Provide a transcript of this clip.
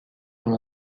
son